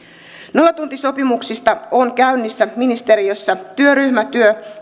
nollatuntisopimuksista on käynnissä ministeriössä työryhmätyö